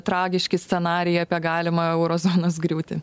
tragiški scenarijai apie galimą euro zonos griūtį